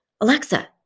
Alexa